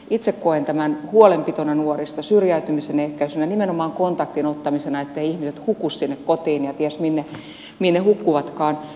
itse koen tämän huolenpitona nuorista syrjäytymisen ehkäisynä nimenomaan kontaktin ottamisena etteivät ihmiset huku sinne kotiin ja ties minne hukkuvatkaan